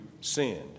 sinned